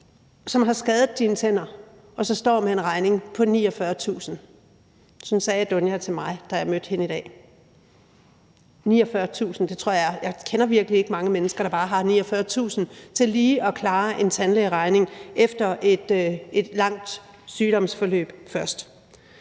som har skadet dine tænder, og så står med en regning på 49.000 kr. Sådan sagde Dunja til mig, da jeg mødte hende i dag. Jeg kender virkelig ikke mange mennesker, der bare har 49.000 kr. til lige at klare en tandlægeregning efter et langt sygdomsforløb først.